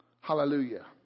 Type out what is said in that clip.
Hallelujah